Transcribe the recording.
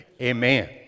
Amen